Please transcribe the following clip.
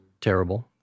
terrible